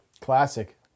Classic